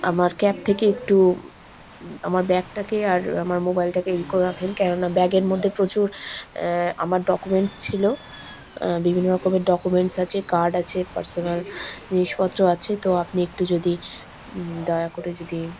আমার ক্যাব থেকে একটু আমার ব্যাগটাকে আর আমার মোবাইলটাকে ই করে রাখেন কেননা ব্যাগের মধ্যে প্রচুর আমার ডকুমেন্টস ছিল বিভিন্ন রকমের ডকুমেন্টস আছে কার্ড আছে পার্সোনাল জিনিসপত্র আছে তো আপনি একটু যদি দয়া করে যদি